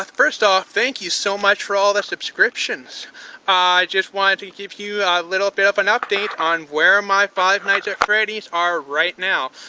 first off, thank you so much for all the subscriptions. i just wanted to give you a little bit of an update on where my five nights at freddy's are right now.